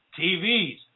tvs